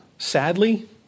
Sadly